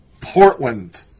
Portland